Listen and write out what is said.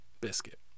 biscuit